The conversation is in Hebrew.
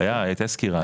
הייתה סקירה.